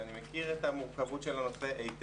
ואני מכיר את המורכבות של הנושא היטב.